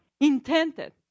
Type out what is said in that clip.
intended